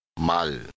Mal